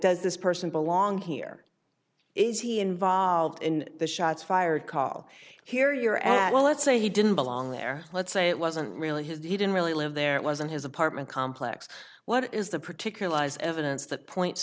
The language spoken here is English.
does this person belong here is he involved in the shots fired call here you're at well let's say he didn't belong there let's say it wasn't really his he didn't really live there wasn't his apartment complex what is the particular lies evidence that points